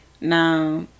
Now